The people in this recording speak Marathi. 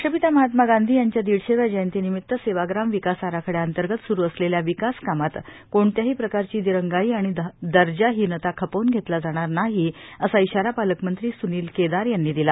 राष्ट्रपिता महात्मा गांधी यांच्या दिडशेव्या जयंती निमित सेवाग्राम विकास आराखड़यांतर्गत सुरू असलेल्या विकास कामात कोणत्याही प्रकारची दिरंगाई आणि दर्जाहीनता खपवून घेतला जाणार नाही असा इशारा पालकमंत्री सुनील केदार यांनी दिला